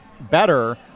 better